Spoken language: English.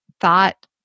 thought